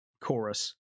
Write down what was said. chorus